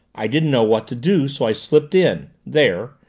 i didn't know what to do, so i slipped in there,